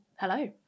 Hello